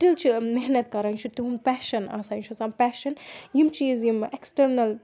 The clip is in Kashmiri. سِٹٕل چھُ محنت کَران یہِ چھُ تِہُنٛد پیشَن آسان یہِ چھُ آسان پیشَن یِم چیٖز یِم اٮ۪کٕسٹٔرنَل